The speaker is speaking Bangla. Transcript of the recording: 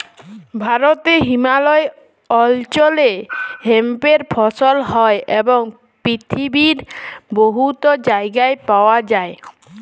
ভারতে হিমালয় অল্চলে হেম্পের ফসল হ্যয় এবং পিথিবীর বহুত জায়গায় পাউয়া যায়